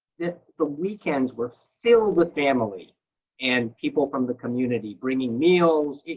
the the weekends were filled with family and people from the community bringing meals.